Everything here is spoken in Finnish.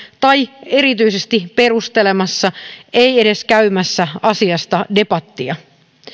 tai erityisesti perustelemassa ei edes käymässä asiasta debattia